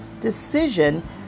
decision